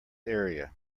area